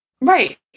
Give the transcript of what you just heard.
Right